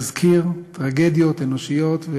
להזכיר טרגדיות אנושיות,